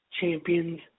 Champions